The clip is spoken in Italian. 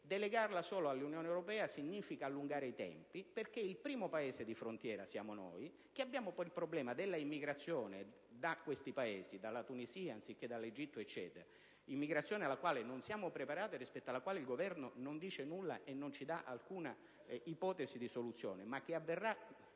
delegarla solo all'Unione europea significherebbe allungare i tempi. Infatti, il primo Paese di frontiera siamo noi, che abbiamo poi il problema dell'immigrazione da questi Paesi, dalla Tunisia, come dall'Egitto: immigrazione alla quale non siamo preparati e rispetto alla quale il Governo non dice nulla e non ci dà alcuna ipotesi di soluzione, ma che avverrà,